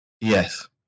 Yes